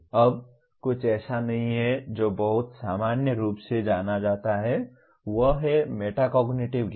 अब कुछ ऐसा नहीं है जो बहुत सामान्य रूप से जाना जाता है वह है मेटाकोग्निटिव ज्ञान